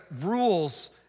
rules